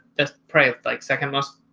the price like second most